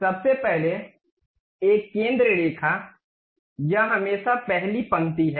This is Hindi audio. सबसे पहले एक केंद्र रेखा यह हमेशा पहली पंक्ति है